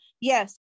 Yes